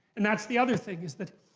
and that's the other thing, is that.